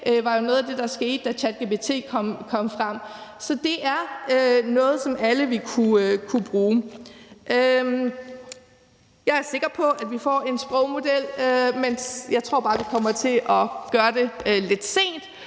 Det var jo noget af det, der skete, da ChatGPT kom frem. Så det er noget, som alle vil kunne bruge. Jeg er sikker på, at vi får en sprogmodel, men jeg tror bare, at vi kommer til at gøre det lidt sent.